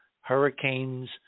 hurricanes